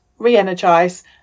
re-energize